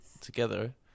together